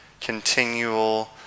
continual